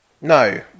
No